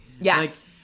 yes